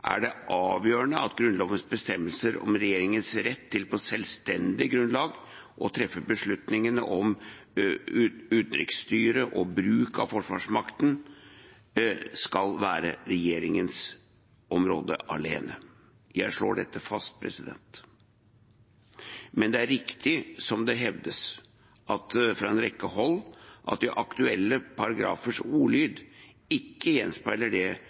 er det avgjørende at Grunnlovens bestemmelser om regjeringens rett til på selvstendig grunnlag å treffe beslutningene om utenriksstyre og bruk av forsvarsmakten, skal være regjeringens område alene. Jeg slår dette fast. Men det er riktig, som det hevdes fra en rekke hold, at de aktuelle paragrafers ordlyd ikke gjenspeiler det